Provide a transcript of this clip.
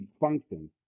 functions